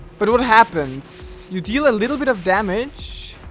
but what happens you deal a little bit of damage